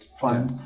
fund